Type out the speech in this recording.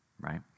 right